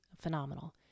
phenomenal